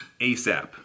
ASAP